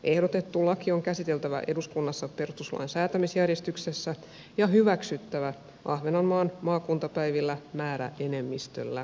ehdotettu laki on käsiteltävä eduskunnassa perustuslain säätämisjärjestyksessä ja hyväksyttävä ahvenanmaan maakuntapäivillä määräenemmistöllä